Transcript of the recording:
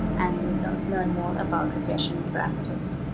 and we will learn more about progression parameters.